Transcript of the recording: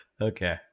Okay